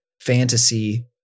fantasy